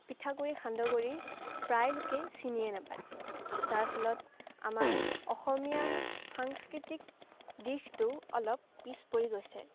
পিঠাগুড়ি সান্দহগুড়ি প্ৰায় লোকে চিনিয়ে নেপায় যাৰ ফলত আমাৰ অসমীয়াৰ সাংস্কৃতিক দিশটো অলপ পিছ পৰি গৈছে